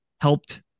helped